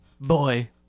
Boy